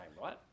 right